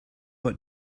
what